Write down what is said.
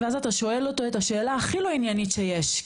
ואז אתה שואל אותו את השאלה הכי לא עניינית שיש,